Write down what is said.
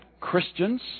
Christians